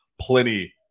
plenty